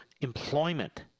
employment